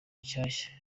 nshyashya